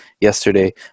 yesterday